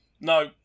No